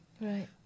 Right